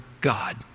God